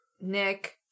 Nick